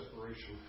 separation